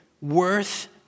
worth